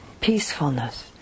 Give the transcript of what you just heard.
peacefulness